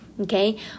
okay